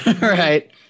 Right